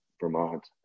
vermont